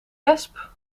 wesp